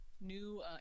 new